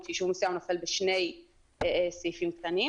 אם ישוב מסוים נכלל בשתי פסקאות משנה.